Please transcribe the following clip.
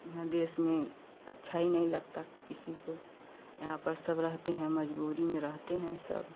यहाँ देश में अच्छा ही नहीं लगता किसी को यहाँ पर सब रहते हैं मजबूरी में रहते हैं सब